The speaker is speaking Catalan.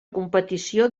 competició